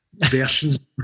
versions